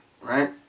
right